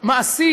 מעשים